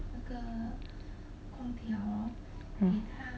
hmm